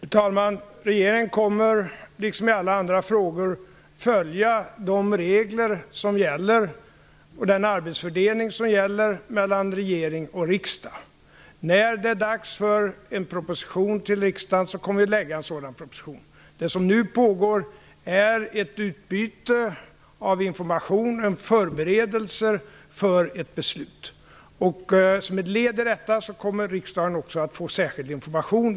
Fru talman! Regeringen kommer liksom i alla andra frågor att följa de regler som gäller och den arbetsfördelning som gäller mellan regering och riksdag. När det är dags för en proposition till riksdagen kommer vi att lägga en sådan. Det som nu pågår är ett utbyte av information, förberedelser för ett beslut. Som ett led i detta kommer riksdagen att få särskild information.